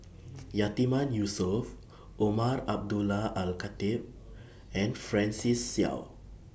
Yatiman Yusof Umar Abdullah Al Khatib and Francis Seow